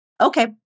Okay